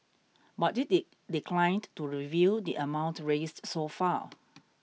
but it declined to reveal the amount raised so far